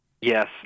Yes